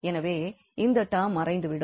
எனவே இந்த டெர்ம் மறைந்துவிடும்